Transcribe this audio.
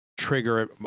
trigger